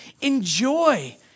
Enjoy